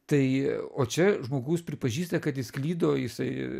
tai o čia žmogus pripažįsta kad jis klydo jisai